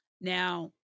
Now